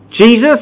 Jesus